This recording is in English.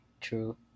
True